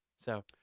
so,